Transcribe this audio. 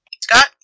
Scott